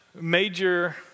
major